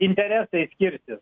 interesai skirsis